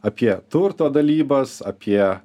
apie turto dalybas apie